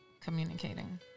communicating